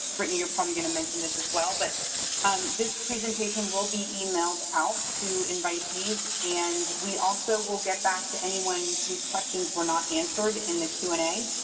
brittany, you're probably going to mention this as well, but this presentation will be emailed out to invitees. and we also will get back to anyone whose questions were not answered in the q and a.